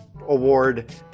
award